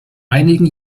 einigen